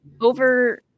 Over